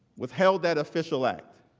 withheld that official act.